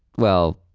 well,